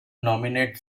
nominate